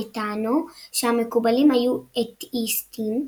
בטענו שהמקובלים היו אתאיסטים,